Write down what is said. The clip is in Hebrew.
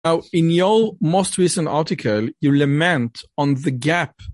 עכשיו, במאמר האחרון שלכם, אתם מקוננים על הפער